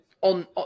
on